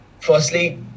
firstly